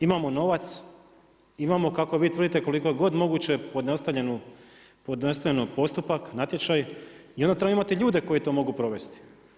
Imamo novac, imamo kako vi tvrdite koliko je god moguće pojednostavljen postupak, natječaj i onda trebamo imati ljude koji to mogu provesti.